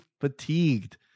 fatigued